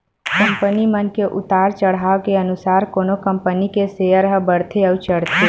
company मन के उतार चड़हाव के अनुसार कोनो कंपनी के सेयर ह बड़थे अउ चढ़थे